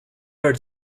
are